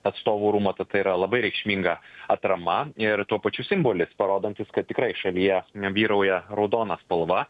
atstovų rūmų tad tai yra labai reikšminga atrama ir tuo pačiu simbolis parodantis kad tikrai šalyje vyrauja raudona spalva